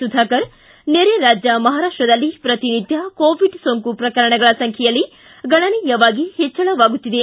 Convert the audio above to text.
ಸುಧಾಕರ್ ನೆರೆ ರಾಜ್ಯ ಮಹಾರಾಷ್ಟದಲ್ಲಿ ಪ್ರತಿನಿತ್ಯ ಕೋವಿಡ್ ಸೋಂಕು ಪ್ರಕರಣಗಳ ಸಂಖ್ಯೆಯಲ್ಲಿ ಗಣನೀಯವಾಗಿ ಹೆಚ್ಚಳವಾಗುತ್ತಿದೆ